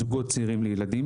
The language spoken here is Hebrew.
זוגות צעירים לילדים.